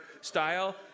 style